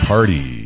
Party